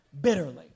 bitterly